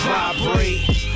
Vibrate